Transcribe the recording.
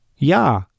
Ja